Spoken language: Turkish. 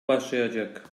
başlayacak